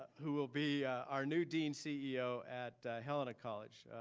who will be our new dean ceo at helena college,